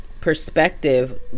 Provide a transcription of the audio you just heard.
perspective